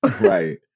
right